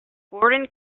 gordon